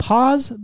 Pause